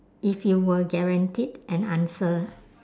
if you were guaranteed an answer